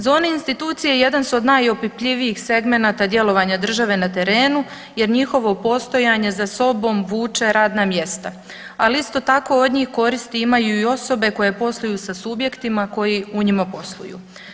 Zone institucije jedan su od najopipljivijih segmenata djelovanja države na terenu jer njihovo postojanje za sobom vuče radna mjesta, ali isto tako, od njih koristi imaju i osobe koje posluju sa subjektima koji u njima posluju.